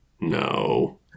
no